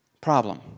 Problem